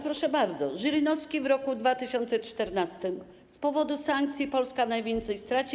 Proszę bardzo: Żyrinowski w roku 2014: „Z powodu sankcji Polska najwięcej straci.